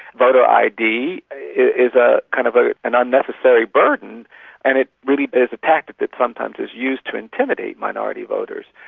photo id is ah kind of ah an unnecessary burden and it really but is a tactic that sometimes is used to intimidate minority voters.